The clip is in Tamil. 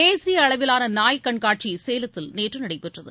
தேசிய அளவிலான நாய் கண்காட்சி சேலத்தில் நேற்று நடைபெற்றது